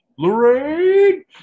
Lorraine